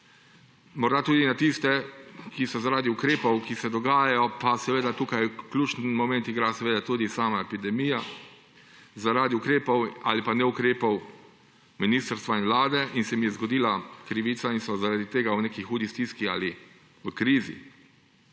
morda tudi na tiste, ki so zaradi ukrepov, ki se dogajajo – pa seveda tukaj ključni moment igra tudi sama epidemija – zaradi ukrepov ali pa neukrepov ministrstva in vlade in se jim je zgodila krivica in so zaradi tega v neki hudi stiski ali v krizi.